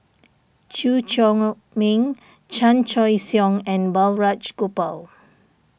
Chew Chor Meng Chan Choy Siong and Balraj Gopal